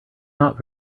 not